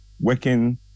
working